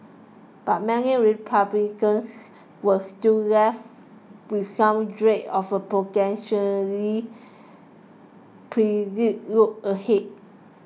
but many Republicans were still left with some dread of a potentially perilous road ahead